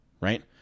Right